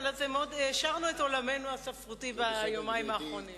אבל העשרנו את עולמנו הספרותי ביומיים האחרונים.